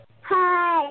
Hi